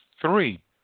three